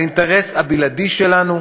האינטרס הבלעדי שלנו